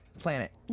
planet